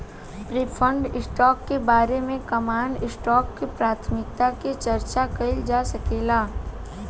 preferred stock के बारे में कॉमन स्टॉक से प्राथमिकता के चार्चा कईल जा सकेला